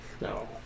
No